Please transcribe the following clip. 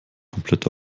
komplett